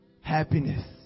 happiness